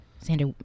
Sander